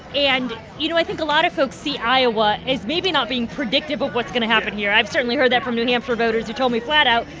and you know, i think a lot of folks see iowa as maybe not being predictive of what's going to happen here. i've certainly heard that from new hampshire voters who told me flat-out,